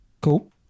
Cool